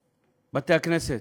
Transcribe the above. בתי-הכנסת,